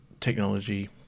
technology